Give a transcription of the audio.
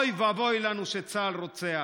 אוי ואבוי לנו שצה"ל רוצח.